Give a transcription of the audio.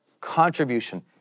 contribution